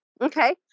Okay